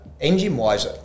Engine-wise